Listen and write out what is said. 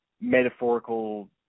metaphorical